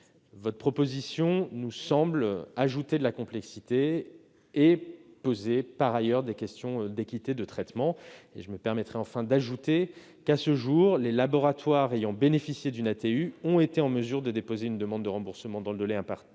Votre proposition nous semble ajouter de la complexité et soulever des questions en matière d'équité de traitement. Enfin, je me permettrai d'ajouter qu'à ce jour les laboratoires ayant bénéficié d'une ATU ont été en mesure de déposer une demande de remboursement dans le délai imparti.